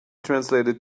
translated